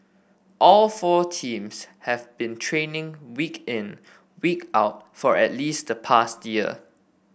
all four teams have been training week in week out for at least the past year